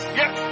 yes